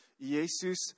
Jesus